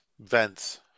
vents